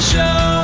Show